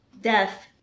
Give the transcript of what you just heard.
Death